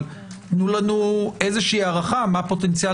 אבל תנו לנו הערכה מה פוטנציאל